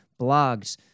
blogs